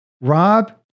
Rob